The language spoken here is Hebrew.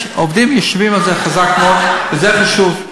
עובדים יושבים על זה חזק מאוד, וזה חשוב.